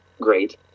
great